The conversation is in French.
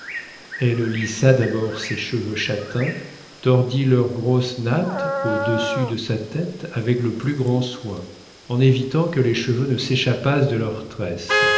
elle lissa d'abord ses cheveux châtains tordit leurs grosses nattes au-dessus de sa tête avec le plus grand soin en évitant que les cheveux ne s'échappassent de leurs tresses